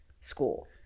school